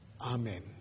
Amen